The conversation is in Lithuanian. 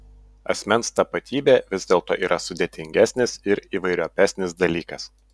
asmens tapatybė vis dėlto yra sudėtingesnis ir įvairiopesnis dalykas